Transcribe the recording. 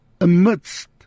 amidst